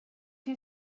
you